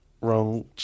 Wrong